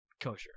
kosher